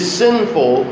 sinful